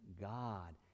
God